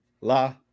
la